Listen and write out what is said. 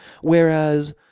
whereas